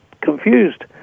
confused